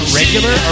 regular